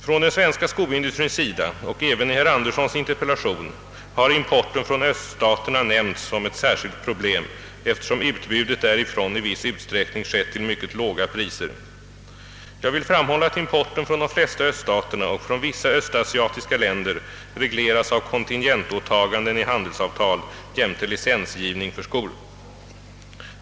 Från den svenska skoindustrins sida och även i herr Anderssons interpellation har importen från öststaterna nämnts som ett särskilt problem, eftersom utbudet därifrån i viss utsträckning skett till mycket låga priser. Jag vill framhålla, att importen från de flesta öststaterna och från vissa östasiatiska länder regleras av kontingentåtaganden i handelsavtal jämte licensgivning för skor.